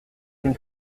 une